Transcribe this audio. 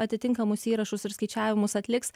atitinkamus įrašus ir skaičiavimus atliks